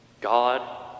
God